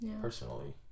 personally